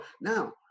Now